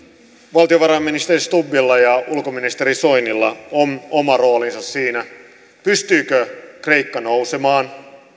valtiovarainministeri stubbilla ja ulkoministeri soinilla on oma roolinsa siinä pystyykö kreikka nousemaan